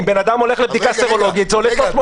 אם אדם הולך לבדיקה סרולוגית זה עולה 300 שקלים.